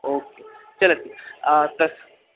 okay चलति तस्य